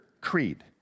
creed